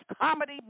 comedy